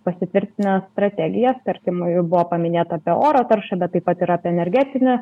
pasitvirtinę strategijas tarkim buvo paminėta apie oro taršą bet taip pat ir apie energetinį